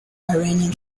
iranian